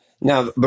Now